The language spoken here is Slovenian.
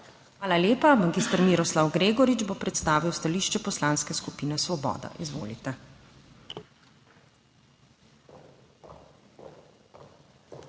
Hvala lepa. Mag. Miroslav Gregorič bo predstavil stališče Poslanske skupine Svoboda. Izvolite.